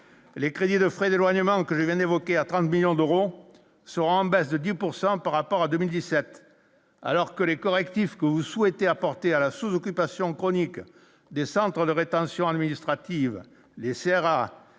les crédits de frais de loyer manque à 30 millions d'euros seront en baisse de 10 pourcent par rapport à 2017 alors que les correctifs que vous souhaitez apporter à la sous-occupation chronique des centres de rétention administrative, les et